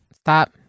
stop